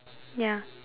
ya